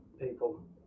people